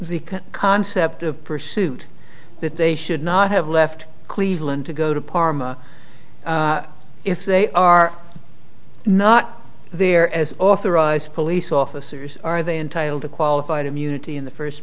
the concept of pursuit that they should not have left cleveland to go to parma if they are not there as authorized police officers are they entitled to qualified immunity in the first